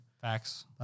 Facts